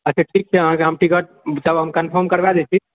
अच्छा ठीक छै अहाँकेँ हम टिकट सब हम कन्फर्म दए छी